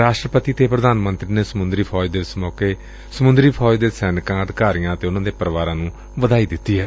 ਰਾਸ਼ਟਰਪਤੀ ਅਤੇ ਪ੍ਰਧਾਨ ਮੰਤਰੀ ਨੇ ਸਮੂੰਦਰੀ ਫੌਜ ਦਿਵਸ ਮੌਕੇ ਸਮੰਦਰੀ ਫੌਜ ਦੇ ਸੈਨਿਕਾਂ ਅਧਿਕਾਰੀਆਂ ਅਤੇ ਉਨੁਾਂ ਦੇ ਪਰਿਵਾਰਾਂ ਨੂੰ ਵਧਾਈ ਦਿੱਤੀ ਏ